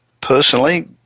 personally